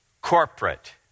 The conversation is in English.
corporate